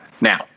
now